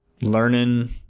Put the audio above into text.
learning